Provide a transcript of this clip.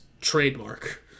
trademark